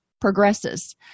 progresses